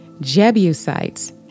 Jebusites